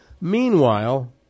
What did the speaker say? Meanwhile